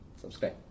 subscribe